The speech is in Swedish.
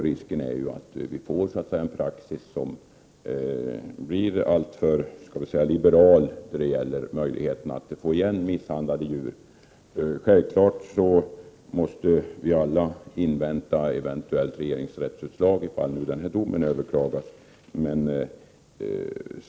Risken är att vi får en alltför liberal praxis när det gäller möjligheterna att få igen misshandlade djur. Självfallet måste vi invänta regeringsrättens beslut om domen överklagas.